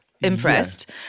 impressed